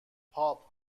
پاپ